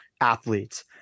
athletes